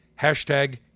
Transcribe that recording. hashtag